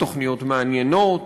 ותוכניות מעניינות,